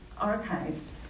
archives